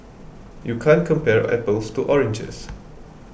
you can't compare apples to oranges